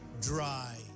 dry